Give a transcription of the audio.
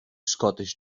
scottish